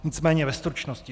Nicméně ve stručnosti.